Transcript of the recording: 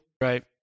right